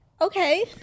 Okay